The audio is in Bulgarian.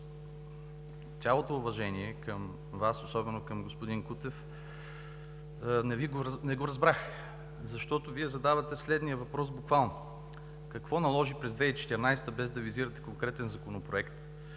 цялото уважение към Вас, особено към господин Кутев – не го разбрах. Вие буквално задавете следния въпрос: „Какво наложи през 2014-а, без да визирате конкретен законопроект,